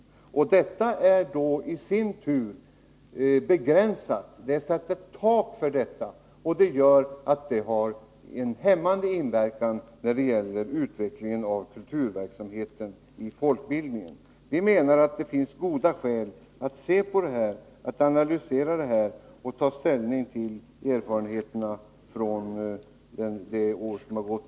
Och detta är i sin tur begränsat — det är satt ett tak för det, vilket verkar hämmande på utvecklingen av kursverksamheten i folkbildningen. Vi menar att det finns goda skäl att analysera detta och även i det avseendet ta ställning till erfarenheterna från det år som har gått.